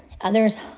Others